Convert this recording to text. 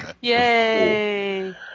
yay